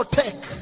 take